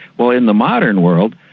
well, in the modern world,